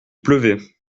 pleuvait